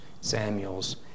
Samuel's